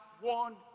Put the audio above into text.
one